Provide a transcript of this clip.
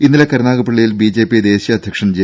ഇന്നലെ കരുനാഗപ്പള്ളിയിൽ ബിജെപി ദേശീയ അധ്യക്ഷൻ ജെ